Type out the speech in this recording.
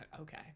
okay